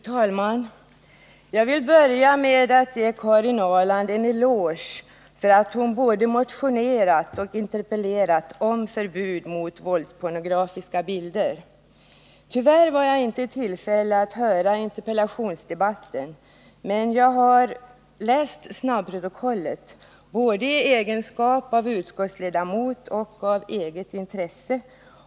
Fru talman! Jag vill börja med att ge Karin Ahrland en eloge för att hon både motionerat och interpellerat om förbud mot våldspornografiska bilder. Tyvärr var jag inte i tillfälle att höra interpellationsdebatten, men jag har läst snabbprotokollet både i egenskap av utskottsledamot och av eget intresse.